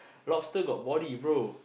lobster got body brother